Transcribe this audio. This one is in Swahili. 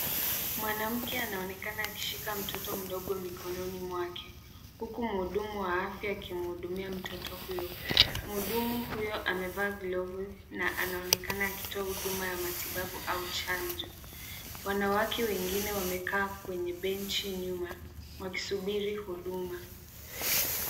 Mwanamke anaonekana akishika mtoto mdogo mikononi mwake. Huku muhudumu wa afya akimhudumia mtoto huyo. Muhudumu huyu amevaa glavu na anaonekana akitoa huduma ya matitabu au chanjo. Wanawake wengine wamekaa kwenye benchi nyuma wakisubiri huduma.